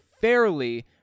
fairly